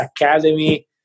academy